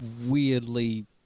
weirdly